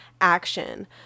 action